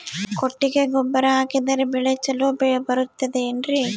ಕೊಟ್ಟಿಗೆ ಗೊಬ್ಬರ ಹಾಕಿದರೆ ಬೆಳೆ ಚೊಲೊ ಬರುತ್ತದೆ ಏನ್ರಿ?